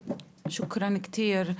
תודה רבה.